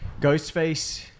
Ghostface